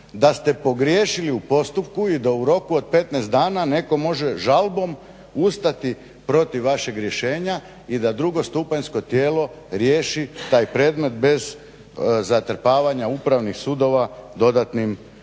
da ste pogriješili u postupku i da u roku od 15 dana netko može žalbom ustati protiv vašeg rješenja i da drugostupanjsko tijelo riješi taj predmet bez zatrpavanja upravnih sudova dodatnim procesima.